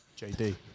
JD